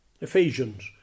Ephesians